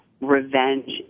revenge